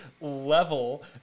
level